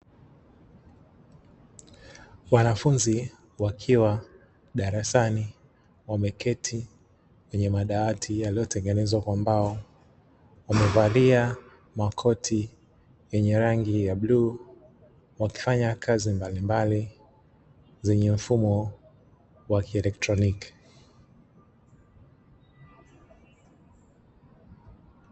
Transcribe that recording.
Wanafunzi wakiwa darasani wameketi kwenye madawati yaliyotengenezwa kwa mbao. Wamevalia makoti yenye rangi ya bluu, wakifanya kazi mbalimbali zenye mfumo wa kielektroniki.